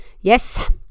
Yes